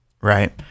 right